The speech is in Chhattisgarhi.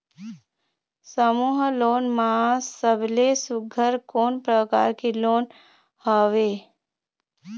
समूह लोन मा सबले सुघ्घर कोन प्रकार के लोन हवेए?